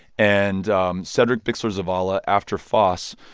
and cedric bixler-zavala, after foss,